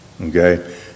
okay